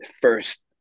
first